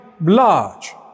large